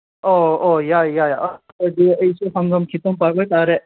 ꯑꯣ ꯑꯣ ꯌꯥꯏ ꯌꯥꯏ ꯑꯩꯁꯨ ꯍꯪꯒꯥꯝ ꯈꯤꯇꯪ ꯄꯥꯏꯕ ꯇꯥꯔꯦ